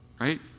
right